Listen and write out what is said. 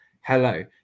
hello